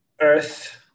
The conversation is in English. earth